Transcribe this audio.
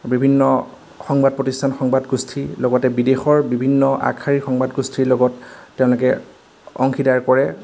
বিভিন্ন সংবাদ প্ৰতিষ্ঠান সংবাদ গোষ্ঠীৰ লগতে বিদেশৰ বিভিন্ন আগশাৰীৰ সংবাদ গোষ্ঠীৰ লগত তেওঁলোকে অংশীদাৰ কৰে